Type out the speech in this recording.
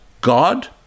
God